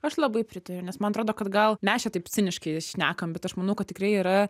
aš labai pritariu nes man atrodo kad gal mes čia taip ciniškai šnekam bet aš manau kad tikrai yra